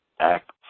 act